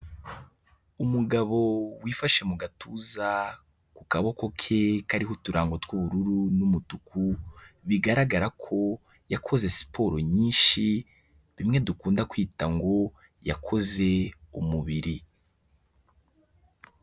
Umugabo wifashe mu gatuza ku kaboko ke kariho uturango tw'ubururu n'umutuku bigaragara ko yakoze siporo nyinshi bimwe dukunda kwita ngo yakoze umubiri.